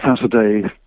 Saturday